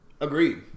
Agreed